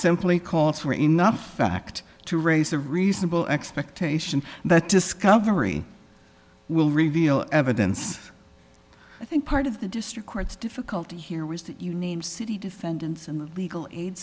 simply calls for enough fact to raise a reasonable expectation that discovery will reveal evidence i think part of the district court's difficulty here was that you need city defendants and the legal aid